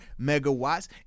Megawatts